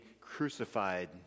crucified